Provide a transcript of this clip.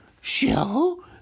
Show